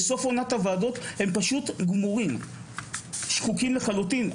בסוף עונת הוועדות הם פשוט גמורים שחוקים לחלוטין.